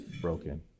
broken